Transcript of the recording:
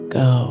go